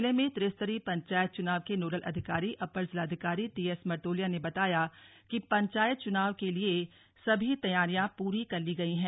जिले में त्रिस्तरीय पंचायत चुनाव के नोडल अधिकारी अपर जिलाधिकारी टी एस मर्तोलिया ने बताया कि पंचायत चुनाव के लिए सभी तैयारियां पूरी कर ली गयी हैं